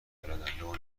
بلدن، لو